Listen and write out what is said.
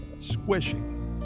Squishing